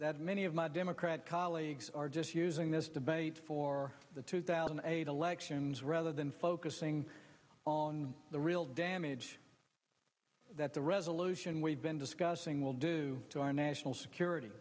that many of my democrat colleagues are just using this debate for the two thousand and eight elections rather than focusing on the real damage that the resolution we've been discussing will do to our national security